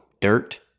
dirt